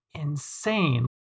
insane